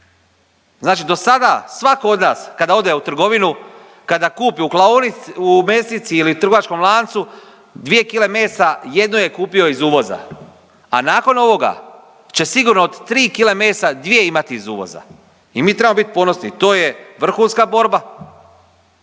Znači do sada svako od nas kada ode u trgovinu kada kupi u mesnici ili trgovačkom lancu dvije kile mesa jednu je kupio iz uvoza, a nakon ovoga će sigurno od tri kile mesa dvije imati iz uvoza. I mi trebamo bit ponosni, to je vrhunska borba.